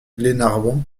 glenarvan